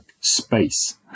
space